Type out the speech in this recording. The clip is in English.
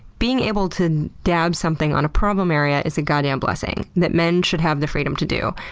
being able to dab something on a problem area is a goddamned blessing that men should have the freedom to do.